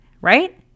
right